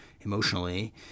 emotionally